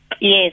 Yes